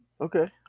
Okay